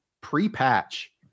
pre-patch